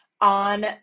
on